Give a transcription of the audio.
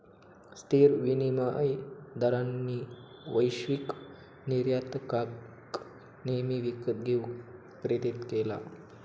स्थिर विनिमय दरांनी वैश्विक निर्यातकांका नेहमी विकत घेऊक प्रेरीत केला